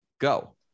go